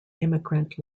immigrant